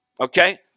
okay